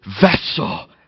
vessel